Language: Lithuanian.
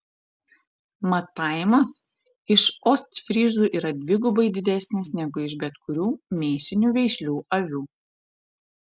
mat pajamos iš ostfryzų yra dvigubai didesnės negu iš bet kurių mėsinių veislių avių